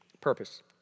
purpose